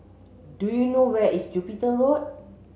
do you know where is Jupiter Road